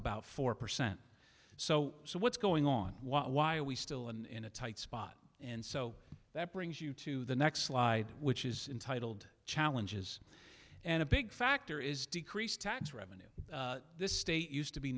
about four percent so so what's going on why are we still in a tight spot and so that brings you to the next slide which is entitled challenges and a big factor is decreased tax revenues this state used